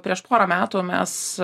prieš porą metų mes